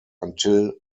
until